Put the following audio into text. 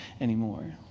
anymore